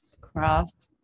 craft